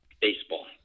Baseball